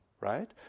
right